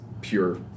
pure